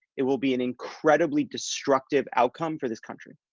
it will be an incredibly destructive outcome for this country.